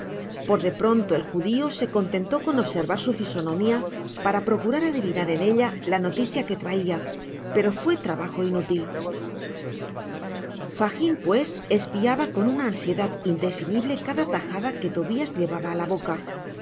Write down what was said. por de pronto el judio se contentó con observar su fisonomia para procurar adivinar en ella la noticia que traia pero fué trabajo inútil fagin pues espiaba con una ansiedad indefinible cada tajada que tobias llevaba á la boca